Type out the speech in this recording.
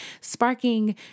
sparking